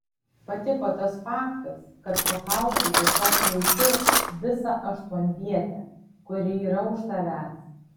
patiko tas faktas kad pakaušiu tiesiog jauti visą aštuonvietę kuri yra už tavęs